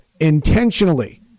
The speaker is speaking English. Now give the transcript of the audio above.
intentionally